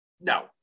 No